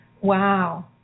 Wow